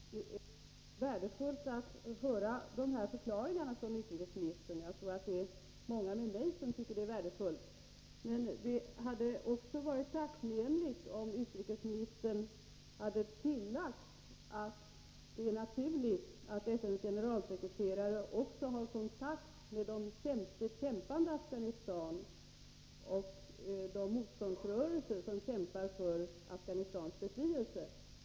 Fru talman! Det är värdefullt att få dessa förklaringar från utrikesministern, det tycker säkert många med mig. Men det hade varit tacknämligt om utrikesministern hade tillagt att det är naturligt att FN:s generalsekreterare också har kontakt med det kämpande Afghanistan och de motståndsrörelser som kämpar för Afghanistans befrielse.